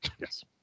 yes